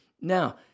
Now